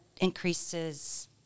increases